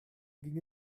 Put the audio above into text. ging